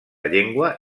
llengua